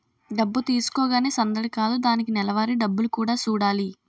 డబ్బు తీసుకోగానే సందడి కాదు దానికి నెలవారీ డబ్బులు కూడా సూడాలి